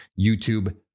YouTube